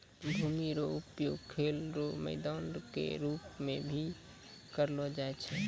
भूमि रो उपयोग खेल रो मैदान के रूप मे भी करलो जाय छै